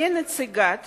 כנציגת